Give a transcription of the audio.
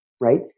right